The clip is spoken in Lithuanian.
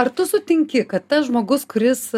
ar tu sutinki kad tas žmogus kuris